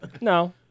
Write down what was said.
No